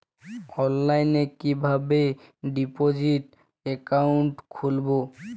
অনলাইনে কিভাবে deposit account খুলবো?